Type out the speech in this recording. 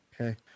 okay